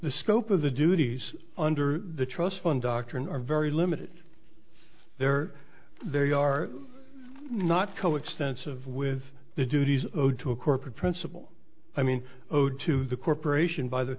the scope of the duties under the trust fund doctrine are very limited there they are not coextensive with the duties to a corporate principal i mean odor to the corporation by the